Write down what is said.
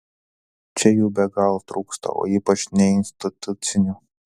čia jų be galo trūksta o ypač neinstitucinių